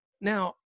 Now